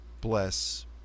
bless